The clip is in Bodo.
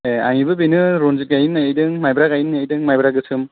ए आंनियाबो बेनो रनजिट गायनो नागिरदों मायब्रा गायनो नागिरदों मायब्रा गोसोम